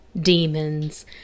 demons